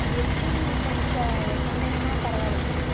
அது எப்படின்னு நீங்க கொஞ்சம் சொன்னிங்கனா பராவாயில்லிங்க